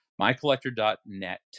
Mycollector.net